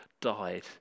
died